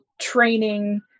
training